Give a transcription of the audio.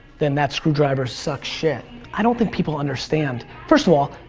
then that screwdriver sucks shit. i don't think people understand. first of all,